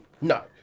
No